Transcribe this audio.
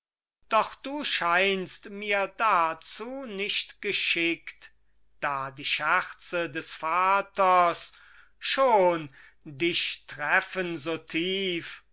doch du scheinst mir dazu nicht geschickt da die scherze des vaters schon dich treffen so tief